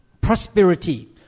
prosperity